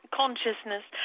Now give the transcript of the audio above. consciousness